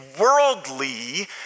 worldly